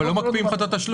אבל לא מקפיאים לך את התשלום.